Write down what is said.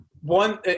one